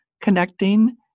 connecting